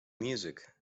music